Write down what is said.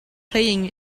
playing